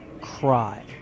cry